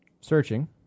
Searching